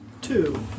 Two